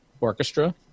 orchestra